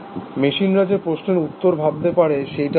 মেশিনরা যে প্রশ্নের উত্তর ভাবতে পারে সেইটা বলুন